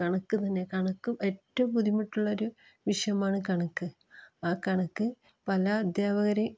കണക്ക് തന്നെ കണക്ക് ഏറ്റവും ബുദ്ധിമുട്ടുള്ളൊരു വിഷയമാണ് കണക്ക് ആ കണക്ക് പല അദ്ധ്യാപകരെ